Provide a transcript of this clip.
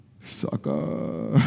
sucker